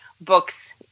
books